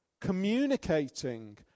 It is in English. Communicating